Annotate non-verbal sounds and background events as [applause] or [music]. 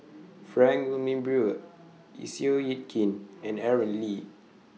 [noise] Frank Wilmin Brewer Seow Yit Kin and Aaron Lee